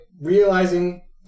realizing